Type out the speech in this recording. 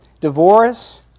divorce